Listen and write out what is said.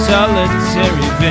Solitary